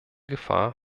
gefahr